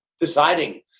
deciding